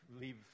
leave